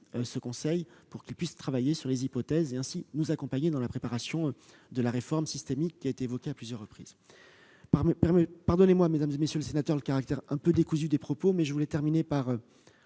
ce conseil pour qu'il puisse travailler sur différentes hypothèses et, ainsi, nous accompagner dans la préparation de la réforme systémique qui a été évoquée à plusieurs reprises. Veuillez me pardonner, mesdames, messieurs les sénateurs, le caractère un peu décousu de mes propos, mais je veux terminer par